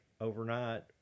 overnight